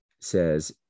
says